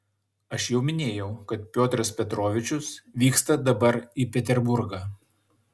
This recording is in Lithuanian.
aš jau minėjau kad piotras petrovičius vyksta dabar į peterburgą